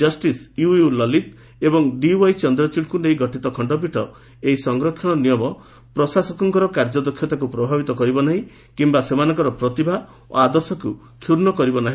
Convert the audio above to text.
justice U U Lalit ଏବଂ DY ଚନ୍ଦ୍ରଚୂଡ଼ଙ୍କୁ ନେଇ ଗଠିତ ଖଣ୍ଡପୀଠ କହିଛନ୍ତି ଏହି ସଂରକ୍ଷଣ ନିୟମ ପ୍ରଶାସକଙ୍କର କାର୍ଯ୍ୟଦକ୍ଷତାକୁ ପ୍ରଭାବିତ କରିବ ନାହିଁ କିମ୍ବା ସେମାନଙ୍କର ପ୍ରତିଭା ଓ ଆଦର୍ଶକୁ କ୍ଷୁଣ୍ଡ କରିବ ନାହି